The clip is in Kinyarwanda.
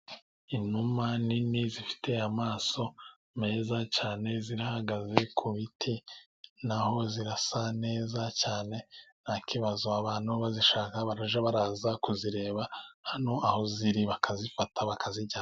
Inuma nini zifite amaso meza cyane, zirahagaze ku biti naho zirasa neza cyane nta kibazo, abantu bazishaka barajya baraza kuzireba hano aho ziri bakazifata bakazijyana.